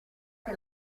che